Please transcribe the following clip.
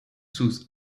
those